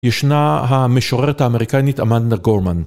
ישנה המשוררת האמריקנית אמנדה גורמן.